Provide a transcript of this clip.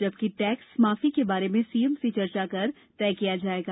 जबकि टेक्स माफी के बारे में सीएम से चर्चा कर तय किया जाएगा